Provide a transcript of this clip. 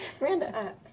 Miranda